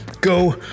go